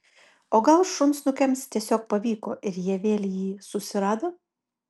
o gal šunsnukiams tiesiog pavyko ir jie vėl jį susirado